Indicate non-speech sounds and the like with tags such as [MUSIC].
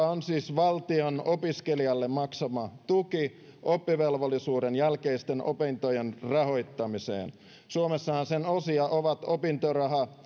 [UNINTELLIGIBLE] on siis valtion opiskelijalle maksama tuki oppivelvollisuuden jälkeisten opintojen rahoittamiseen suomessahan sen osia ovat opintoraha [UNINTELLIGIBLE]